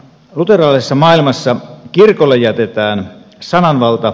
luterilaisessa maailmassa kirkolle jätetään sananvalta